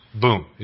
Boom